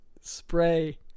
spray